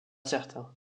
certain